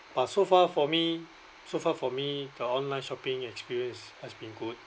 but so far for me so far for me the online shopping experience has been good